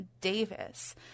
Davis